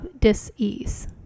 dis-ease